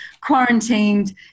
quarantined